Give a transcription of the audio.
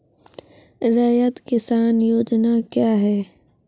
रैयत किसान योजना क्या हैं?